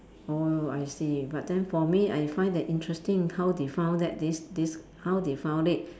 oh I see but then for me I find that interesting how they found that this this how they found it